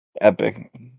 Epic